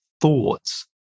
thoughts